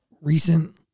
Recent